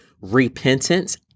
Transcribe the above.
repentance